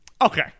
Okay